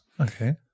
Okay